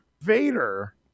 Vader